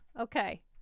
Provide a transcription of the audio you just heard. Okay